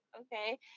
okay